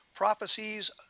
prophecies